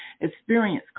experience